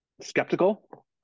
skeptical